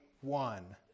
one